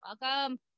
Welcome